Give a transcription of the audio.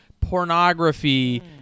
pornography